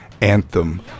anthem